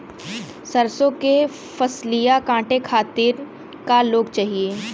सरसो के फसलिया कांटे खातिन क लोग चाहिए?